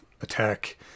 attack